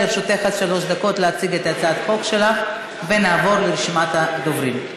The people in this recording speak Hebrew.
לרשותך עד שלוש דקות להציג את הצעת החוק שלך ונעבור לרשימת הדוברים.